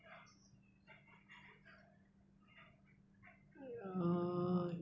uh